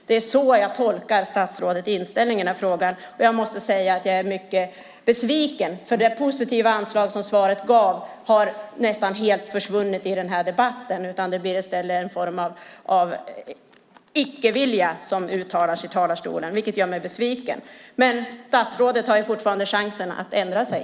Det är så jag tolkar statsrådets inställning i denna fråga. Jag måste säga att jag är mycket besviken, för det positiva anslaget i det skriftliga svaret har nästan helt försvunnit under debattens gång. I stället blir det en form av icke-vilja som uttalas från talarstolen, vilket gör mig besviken. Statsrådet har fortfarande möjlighet att ändra sig.